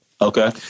Okay